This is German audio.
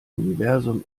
universum